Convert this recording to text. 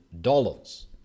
dollars